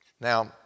Now